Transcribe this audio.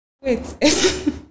Wait